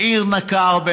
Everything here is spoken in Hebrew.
מאיר נקר,